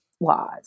laws